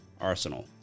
arsenal